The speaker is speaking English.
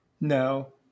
No